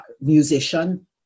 musician